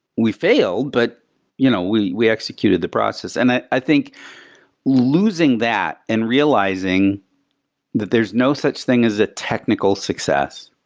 we failed, but you know we we executed the process. and i i think losing that and realizing that there's no such thing as a technical success,